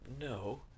no